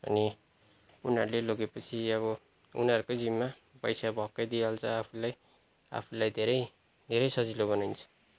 अनि उनिहरूले लगेपछि अब उनिहरूकै जिम्मा पैसा भ्वाक्कै दिइहाल्छ आफूलाई आफूलाई धेरै धेरै सजिलो बनाइदिन्छ